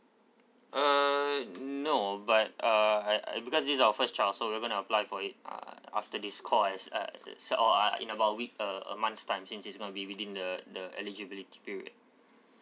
uh no but uh I I because this is our first child so we're gonna apply for it uh after this call as uh se~ or are in about a week uh a month's time since it's gonna be within the the eligibility period